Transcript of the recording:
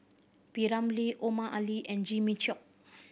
P Ramlee Omar Ali and Jimmy Chok